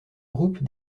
groupe